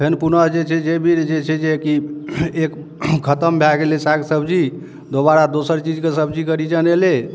फेर पुनः जे छै जे भी जे छै जेकि एक खतम भऽ गेलै साग सब्जी दोबारा दोसर चीज के सब्जी के सीजन अयलै